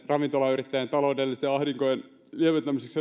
ravintolayrittäjien taloudellisten ahdinkojen lieventämiseksi